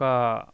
ఒక